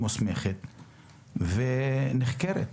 ממוסמכת ונחקרת,